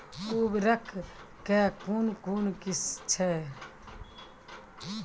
उर्वरक कऽ कून कून किस्म छै?